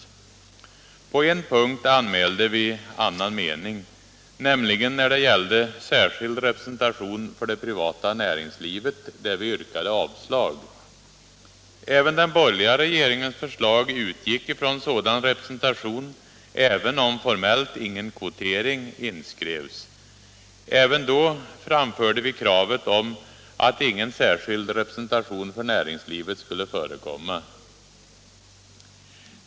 På en punkt anmälde vi annan mening, nämligen när det gällde särskild representation för det privata näringslivet, där vi yrkade avslag. Också den borgerliga regeringens förslag utgick från sådan representation, även om formellt ingen kvotering inskrevs. Också då framförde vi krav på att ingen särskild representation för näringslivet skulle förekomma.